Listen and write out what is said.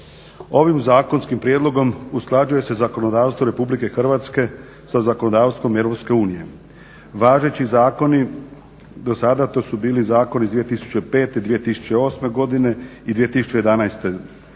Ovim zakonskim prijedlogom usklađuje se zakonodavstvo RH sa zakonodavstvom EU. Važeći zakoni do sada to su bili zakoni iz 2005., 2008.godine i 2011. Koncept